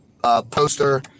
Poster